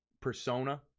persona